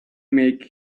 make